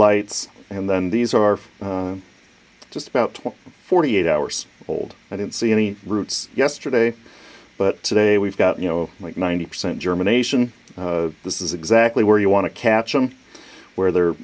lights and then these are just about forty eight hours old i didn't see any roots yesterday but today we've got you know like ninety percent germination this is exactly where you want to catch them where their